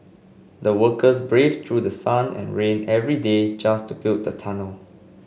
the workers braved through sun and rain every day just to build the tunnel